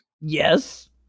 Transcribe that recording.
Yes